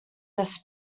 this